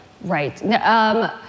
Right